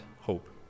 hope